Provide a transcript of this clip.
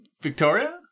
Victoria